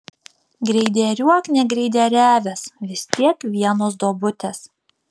greideriuok negreideriavęs vis tiek vienos duobutės